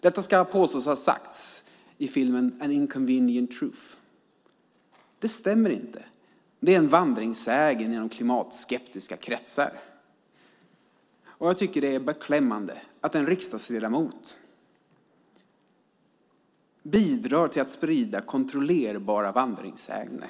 Det påstås han ha sagt i filmen An inconvenient truth . Det stämmer inte. Det är en vandringssägen i klimatskeptiska kretsar. Jag tycker att det är beklämmande att en riksdagsledamot bidrar till att sprida kontrollerbara vandringssägner.